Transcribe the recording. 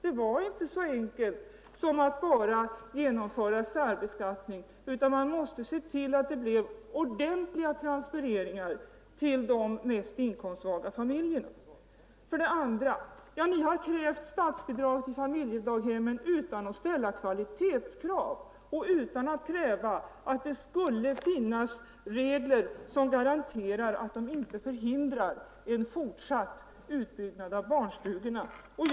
Det var inte så enkelt som att bara genomföra särbeskattning, utan man måste se till att det blev ordentliga transfereringar till de mest inkomstsvaga familjerna. Ni har krävt statsbidrag till familjedaghemmen utan att ställa kvalitetskrav och utan att kräva att det skulle finnas regler som garanterar att en fortsatt utbyggnad av barnstugorna inte förhindras.